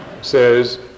says